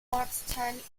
ortsteil